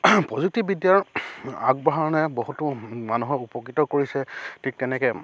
প্ৰযুক্তিবিদ্যাৰ আগবঢ়াৰৰণে বহুতো মানুহক উপকৃত কৰিছে ঠিক তেনেকৈ